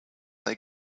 they